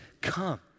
come